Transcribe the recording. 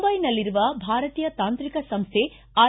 ಮುಂಬೈನಲ್ಲಿರುವ ಭಾರತೀಯ ತಾಂತ್ರಿಕ ಸಂಸ್ವೆಯ ಐ